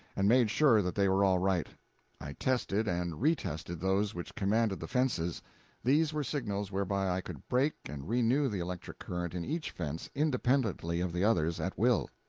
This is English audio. and made sure that they were all right i tested and retested those which commanded the fences these were signals whereby i could break and renew the electric current in each fence independently of the others at will.